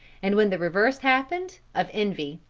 and when the reverse happened, of envy.